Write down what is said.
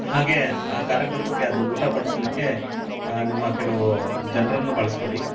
ಹಾಗೇ ಆ ಕಾರ್ಯಕ್ರಮಕ್ಕೆ ಅದು ಊಟ ಬಡಿಸ್ಲಿಕ್ಕೆ ನಿಮ್ಮ ಕೆಲವು ಜನರನ್ನು ಕಳ್ಸಿಕೊಡಿ